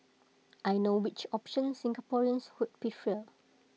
I know which option Singaporeans would prefer